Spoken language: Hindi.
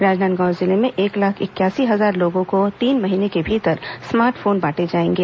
राजनांदगांव जिले में एक लाख इकयासी हजार लोगों को तीन महीने के भीतर स्मार्ट फोन बांटे जाएंगे